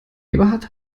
eberhard